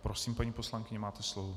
Prosím, paní poslankyně, máte slovo.